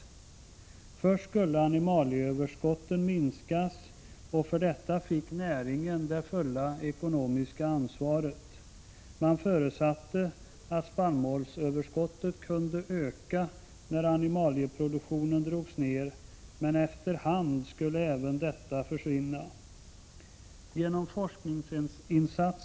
Först skulle animalieöverskotten minskas, och för detta fick näringen det fulla ekonomiska ansvaret. Man förutsatte att spannmålsöverskottet kunde öka när animalieproduktionen drogs ned, men efter hand skulle även detta försvinna.